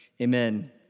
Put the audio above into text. amen